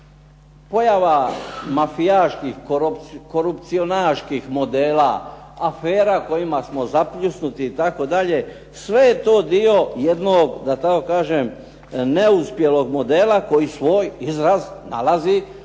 pojava mafijaških korupcionaških modela, afera kojima smo zapljusnuti itd. sve je to dio jednog da tako kažem neuspjelog modela koji svoj izraz nalazi